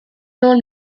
known